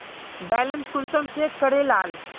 Balance कुंसम check करे लाल?